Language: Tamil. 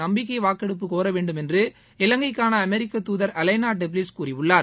நம்பிக்கை வாக்கெடுப்பு கோர வேண்டுமென்று இலங்கைக்கான அமெரிக்க தூதர் அலைனா டெப்ளிட்ஸ் கூறியுள்ளார்